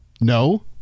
No